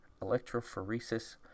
electrophoresis